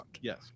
yes